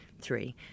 three